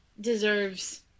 deserves